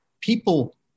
People